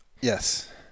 Yes